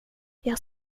jag